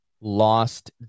lost